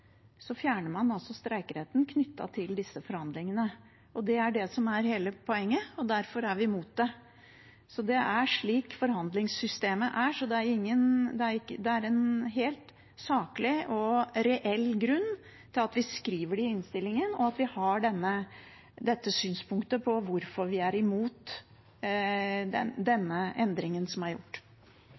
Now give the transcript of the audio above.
fjerner man altså streikeretten knyttet til disse forhandlingene. Det er det som er hele poenget, og derfor er vi mot det. Det er slik forhandlingssystemet er, så det er en helt saklig og reell grunn til at vi skriver det i innstillingen, og at vi har dette synspunktet på hvorfor vi er mot denne endringen som er gjort.